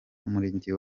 umurenge